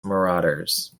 marauders